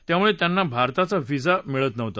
त्यामुळव्यिंना भारताचा व्हिसा मिळत नव्हता